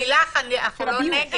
אנחנו לא נגד.